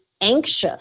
anxious